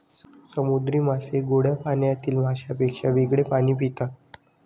समुद्री मासे गोड्या पाण्यातील माशांपेक्षा वेगळे पाणी पितात